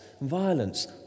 violence